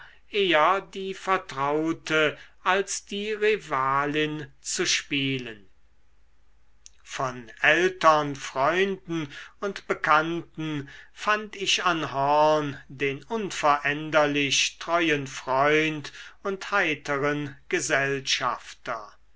eher die vertraute als die rivalin zu spielen von ältern freunden und bekannten fand ich an horn den unveränderlich treuen freund und heiteren gesellschafter